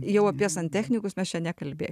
jau apie santechnikus mes čia nekalbė